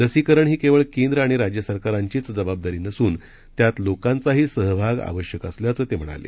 लसीकरण ही केवळ केंद्र आणि राज्य सरकारांचीच जबाबदारी नसून त्यात लोकांचाही सहभाग आवश्यक असल्याचही ते म्हणाले